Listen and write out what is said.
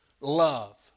love